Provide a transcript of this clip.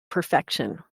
perfection